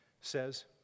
says